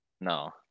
No